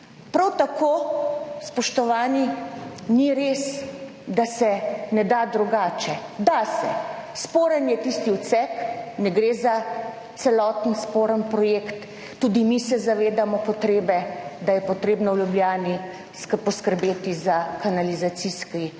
Prav tako, spoštovani, ni res, da se ne da drugače, da se. Sporen je tisti odsek, ne gre za celoten sporen projekt. Tudi mi se zavedamo potrebe, da je potrebno v Ljubljani poskrbeti za kanalizacijski,